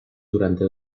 durante